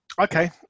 Okay